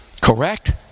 Correct